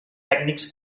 tècnics